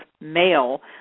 male